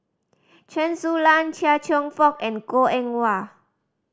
Chen Su Lan Chia Cheong Fook and Goh Eng Wah